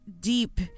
deep